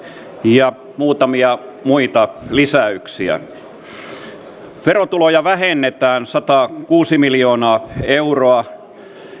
ja muutamia muita lisäyksiä verotuloja vähennetään satakuusi miljoonaa euroa